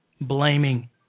blaming